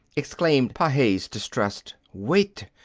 exclaimed pages, distressed, wait!